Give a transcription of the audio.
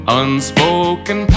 unspoken